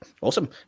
Awesome